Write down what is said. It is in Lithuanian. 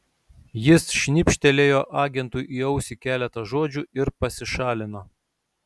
jis šnibžtelėjo agentui į ausį keletą žodžių ir pasišalino